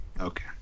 Okay